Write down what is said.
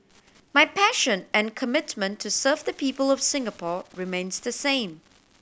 my passion and commitment to serve the people of Singapore remains the same